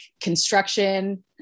construction